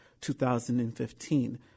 2015